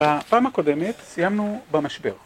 בפעם הקודמת סיימנו במשבר